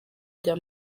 bya